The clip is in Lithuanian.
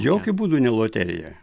jokiu būdu ne loterija